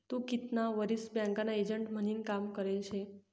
तू कितला वरीस बँकना एजंट म्हनीन काम करेल शे?